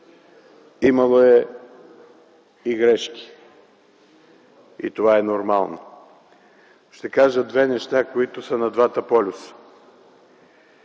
Имало е и грешки, и това е нормално. Ще кажа две неща, които са на двата полюса.